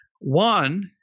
One